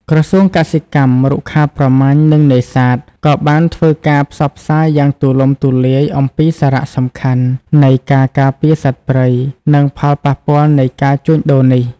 ក្រសួងកសិកម្ម រុក្ខាប្រមាញ់ និងនេសាទ ក៏បានធ្វើការផ្សព្វផ្សាយយ៉ាងទូលំទូលាយអំពីសារៈសំខាន់នៃការការពារសត្វព្រៃ និងផលប៉ះពាល់នៃការជួញដូរនេះ។